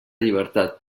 llibertat